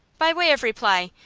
by way of reply,